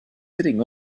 sitting